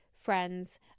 friends